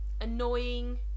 annoying